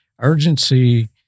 urgency